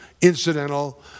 incidental